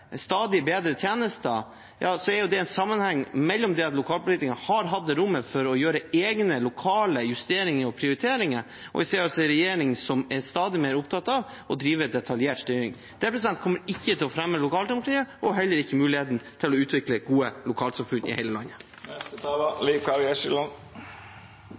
stadig bedre tjenester, har det en sammenheng med at lokalpolitikerne har hatt det rommet for å gjøre egne lokale justeringer og prioriteringer, og vi ser altså en regjering som er stadig mer opptatt av å drive detaljert styring. Det kommer ikke til å fremme lokaldemokratiet og heller ikke muligheten til å utvikle gode lokalsamfunn i hele landet.